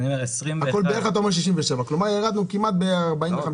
הכול ביחד אתה אומר 67, כלומר ירדנו כמעט ב-45%.